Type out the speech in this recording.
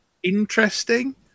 interesting